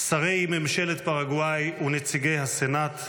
שרי ממשלת פרגוואי ונציגי הסנאט,